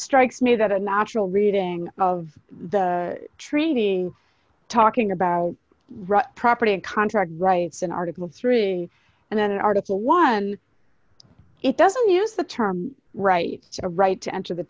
strikes me that a natural reading of the training talking about raw property and contract rights an article three and then article one it doesn't use the term right to right to enter the